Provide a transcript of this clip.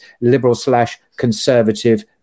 liberal-slash-conservative